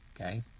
Okay